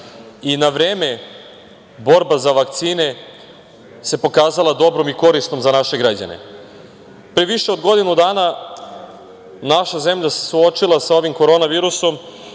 i na vreme borba za vakcine se pokazala dobrom i korisnom za naše građane. Pre više od godinu dana, naša zemlja se suočila sa ovim korona virusom